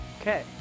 Okay